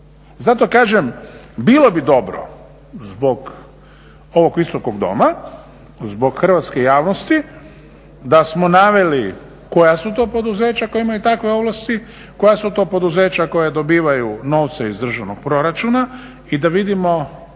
Zato kažem bilo bi dobro zbog ovog Visokog doma, zbog hrvatske javnosti da smo naveli koja su to poduzeća koja imaju takve ovlasti, koja su to poduzeća koja dobivaju novce iz državnog proračuna i da vidimo